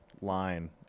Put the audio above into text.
line